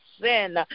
sin